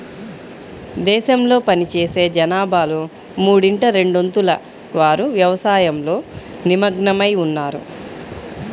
దేశంలో పనిచేసే జనాభాలో మూడింట రెండొంతుల వారు వ్యవసాయంలో నిమగ్నమై ఉన్నారు